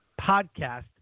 podcast